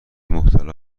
مبتلا